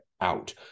out